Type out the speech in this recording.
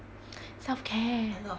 self-care